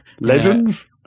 legends